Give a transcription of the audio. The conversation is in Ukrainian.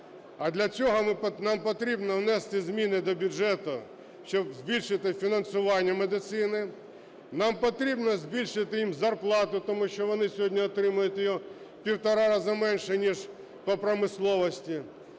А для цього нам потрібно внести зміни до бюджету, щоб збільшити фінансування медицини, нам потрібно збільшити їм зарплату, тому що вони сьогодні отримують її в півтора рази менше ніж по промисловості.